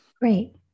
Great